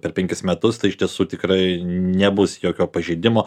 per penkis metus tai iš tiesų tikrai nebus jokio pažeidimo